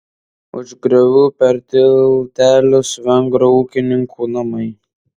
už griovių per tiltelius vengrų ūkininkų namai